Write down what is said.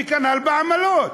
וכנ"ל בעמלות?